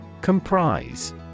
Comprise